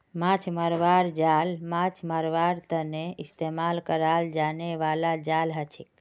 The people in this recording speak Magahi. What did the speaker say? माछ मरवार जाल माछ मरवार तने इस्तेमाल कराल जाने बाला जाल हछेक